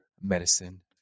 medicine